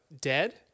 dead